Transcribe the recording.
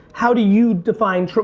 how do you define,